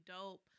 dope